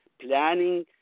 planning